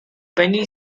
penny